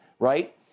Right